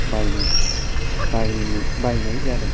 बायनाय बायनो बायनाय जादों